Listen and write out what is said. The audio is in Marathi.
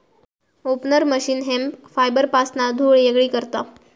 ओपनर मशीन हेम्प फायबरपासना धुळ वेगळी करता